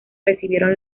recibieron